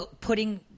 putting